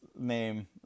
name